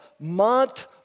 month